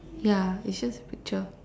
ya it is just a picture